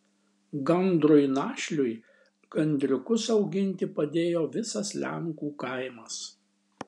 gandrui našliui gandriukus auginti padėjo visas lenkų kaimas